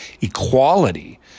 equality